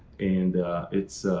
and it's